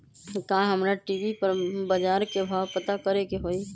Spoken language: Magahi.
का हमरा टी.वी पर बजार के भाव पता करे के होई?